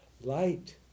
Light